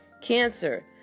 Cancer